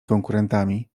konkurentami